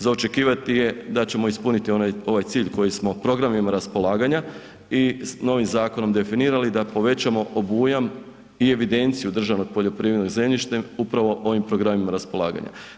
Za očekivati je da ćemo ispuniti ovaj cilj koji smo programima raspolaganja i novim zakonom definirali da povećamo obujam i evidenciju državnog poljoprivrednog zemljištem upravom ovim programima raspolaganja.